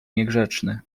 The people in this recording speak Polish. niegrzeczny